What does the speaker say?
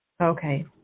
Okay